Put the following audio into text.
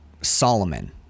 solomon